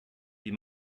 die